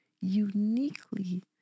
uniquely